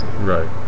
Right